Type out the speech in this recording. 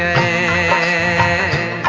a